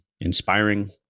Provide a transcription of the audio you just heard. inspiring